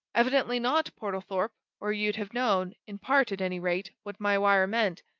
evidently not, portlethorpe, or you'd have known, in part at any rate, what my wire meant.